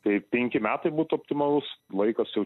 tai penki metai būtų optimalus laikas jau